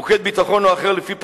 מוקד ביטחון או אחר לפי בחירה,